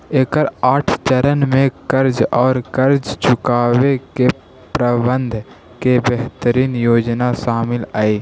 एकर आठ चरण में कर्ज औउर कर्ज चुकावे के प्रबंधन के बेहतरीन योजना शामिल हई